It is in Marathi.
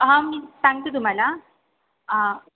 हां मी सांगते तुम्हाला